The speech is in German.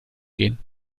gehen